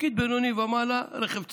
תפקיד בינוני ומעלה, רכב צמוד.